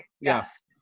Yes